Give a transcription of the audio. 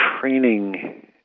training